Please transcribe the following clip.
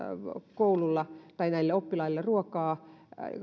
koululla ruokaa